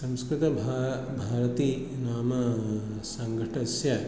संस्कृतभारती भारती नाम सङ्घटनस्य